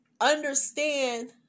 understand